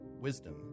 wisdom